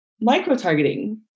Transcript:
micro-targeting